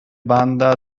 banda